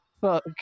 fuck